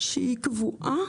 שהיא קבועה,